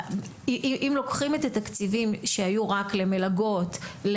אם לוקחים את התקציבים שהיו רק למלגות,